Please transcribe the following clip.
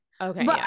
Okay